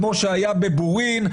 כמו שהיה בבורין,